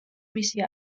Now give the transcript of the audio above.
მისი